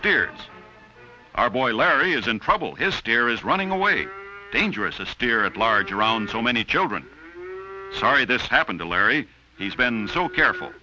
steers our boy larry is in trouble is stair is running away dangerous a steer at large around so many children sorry this happened to larry he's been so careful